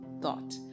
thought